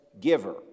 giver